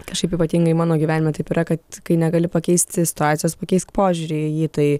kažkaip ypatingai mano gyvenime taip yra kad kai negali pakeisti situacijos pakeisk požiūrį į jį tai